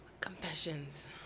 Confessions